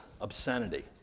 obscenity